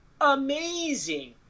Amazing